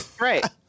Right